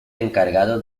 encargado